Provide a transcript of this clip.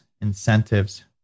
incentives